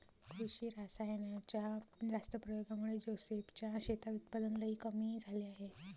कृषी रासायनाच्या जास्त प्रयोगामुळे जोसेफ च्या शेतात उत्पादन लई कमी झाले आहे